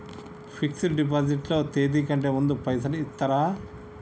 Fix డ్ deposit లో తేది కంటే ముందే పైసలు ఇత్తరా?